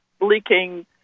leaking